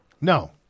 No